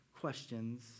questions